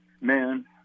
Man